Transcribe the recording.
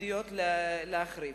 עתידות להחריף.